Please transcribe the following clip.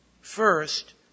First